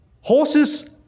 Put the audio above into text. Horses